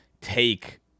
take